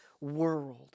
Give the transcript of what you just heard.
world